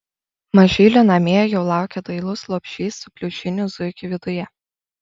mažylio namie jau laukia dailus lopšys su pliušiniu zuikiu viduje